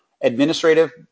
administrative